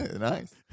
Nice